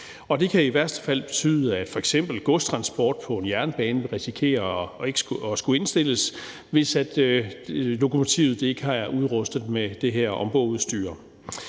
det kan i værste fald betyde, at f.eks. godstransport på en jernbane vil risikere at skulle indstilles, hvis lokomotivet ikke er udrustet med det